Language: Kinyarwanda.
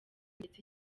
ndetse